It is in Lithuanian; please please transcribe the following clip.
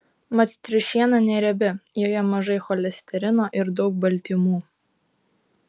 mat triušiena neriebi joje mažai cholesterino ir daug baltymų